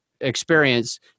experience